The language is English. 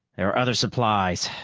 there are other supplies.